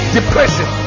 Depression